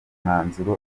umwanzuro